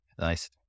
Nice